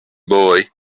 boy